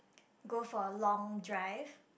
go for a long drive